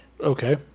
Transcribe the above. Okay